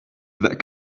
that